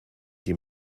die